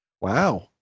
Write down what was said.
Wow